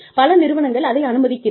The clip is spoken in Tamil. பல நிறுவனங்கள் அதை அனுமதிக்கிறது